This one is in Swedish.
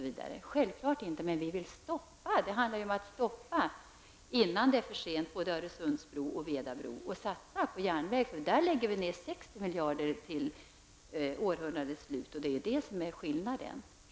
Vi vill innan det är för sent stoppa både Öresundsbron och Vedabron och i stället satsa på järnvägen. För det ändamålet anslår vi 60 miljarder till århundradets slut. Det är det som är skillnaden.